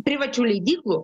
privačių leidyklų